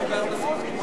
ההסתייגות של